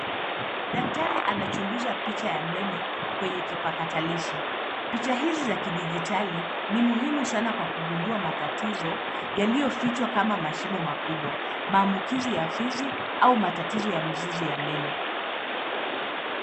Daktari anachunguza picha ya meno, kwenye kipakatalishi. Picha hizi za kidijitali, ni muhimu sana kwa kugundua matatizo yaliyofichwa kama mashimo makubwa, maambukizi ya fizi, au matatizo ya mizizi ya meno.